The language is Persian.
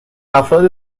افراد